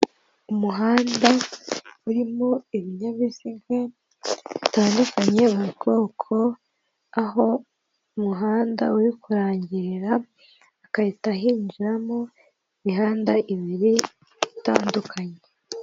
Umuhanda urimo ibinyabiziga bitandukanye mu bwoko, aho umuhanda uri kurangirira hagahita hinjiramo imihanda ibiri itandukanye.